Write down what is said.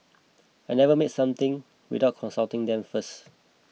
I never make something without consulting them first